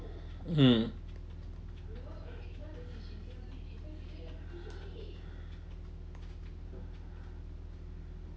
hmm